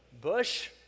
bush